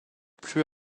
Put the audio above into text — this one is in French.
plus